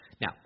Now